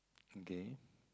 okay